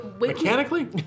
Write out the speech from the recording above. Mechanically